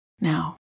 Now